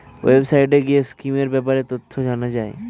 ওয়েবসাইটে গিয়ে স্কিমের ব্যাপারে তথ্য জানা যায়